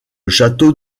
château